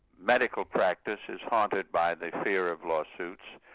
medical practice is haunted by the fear of lawsuits,